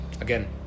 again